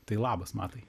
tai labas matai